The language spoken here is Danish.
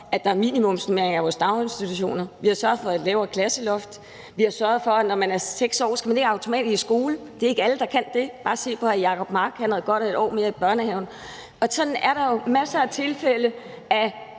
at der er minimumsnormeringer i vores daginstitutioner. Vi har sørget for et lavere klasseloft. Vi har sørget for, at når man er 6 år, skal man ikke automatisk i skole. Det er ikke alle, der kan det. Bare se på hr. Jacob Mark. Han havde godt af et år mere i børnehaven. Og sådan er der jo masser af tilfælde af